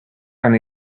and